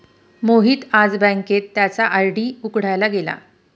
मोहित आज बँकेत त्याचा आर.डी उघडायला गेला